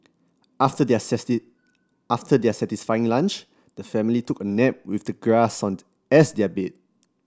after their after their satisfying lunch the family took a nap with the grass on the as their bed